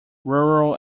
rural